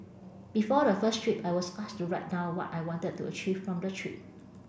before the first trip I was asked to write down what I wanted to achieve from the trip